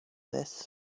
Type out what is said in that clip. this